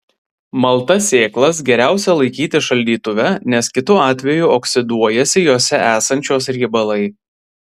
maltas sėklas geriausia laikyti šaldytuve nes kitu atveju oksiduojasi jose esančios riebalai